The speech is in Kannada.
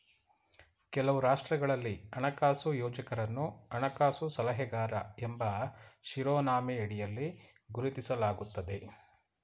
ಕೆಲವು ರಾಷ್ಟ್ರಗಳಲ್ಲಿ ಹಣಕಾಸು ಯೋಜಕರನ್ನು ಹಣಕಾಸು ಸಲಹೆಗಾರ ಎಂಬ ಶಿರೋನಾಮೆಯಡಿಯಲ್ಲಿ ಗುರುತಿಸಲಾಗುತ್ತದೆ